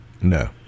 No